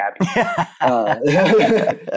happy